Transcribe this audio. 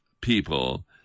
people